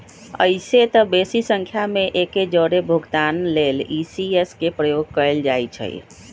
अइसेए तऽ बेशी संख्या में एके जौरे भुगतान लेल इ.सी.एस के प्रयोग कएल जाइ छइ